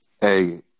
Hey